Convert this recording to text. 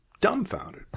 dumbfounded